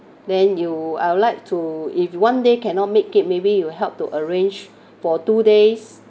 then you I would like to if one day cannot make it maybe you help to arrange for two days